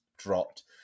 Dropped